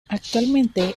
actualmente